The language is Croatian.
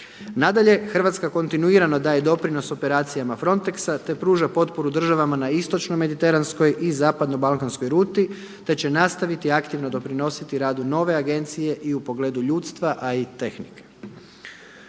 Nadalje, Hrvatska kontinuirano daje doprinos operacijama Frontex-a te pruža potporu država na istočno mediteranskoj i zapadno balkanskoj ruti te će nastaviti aktivno doprinositi radu nove agencije i u pogledu ljudstva a i tehnike.